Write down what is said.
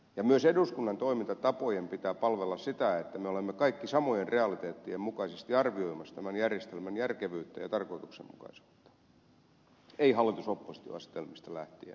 ja myös eduskunnan toimintatapojen pitää palvella sitä että me olemme kaikki samojen realiteettien mukaisesti arvioimassa tämän järjestelmän järkevyyttä ja tarkoituksenmukaisuutta ei hallitusoppositio asetelmista lähtien